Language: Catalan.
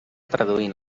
traduint